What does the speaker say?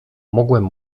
mogłem